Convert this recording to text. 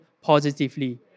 positively